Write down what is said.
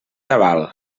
tabal